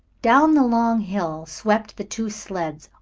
down the long hill swept the two sleds,